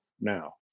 now